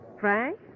Frank